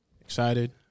excited